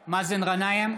גנאים,